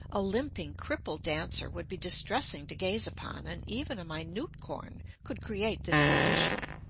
a limping, crippled dancer would be distressing to gaze upon, and even a minute corn could create this condition.